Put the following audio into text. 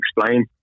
explain